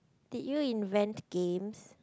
did you invent games